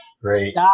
great